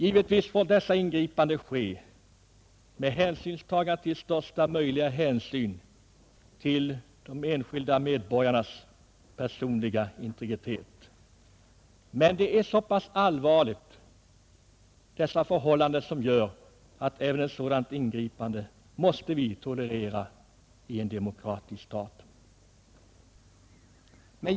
Givetvis måste sådana ingripanden ske med största möjliga hänsynstagande till de enskilda medborgarnas personliga integritet. Men dessa förhållanden är så allvarliga, att vi måste tolerera ingripanden av detta slag även i en demokratisk stat.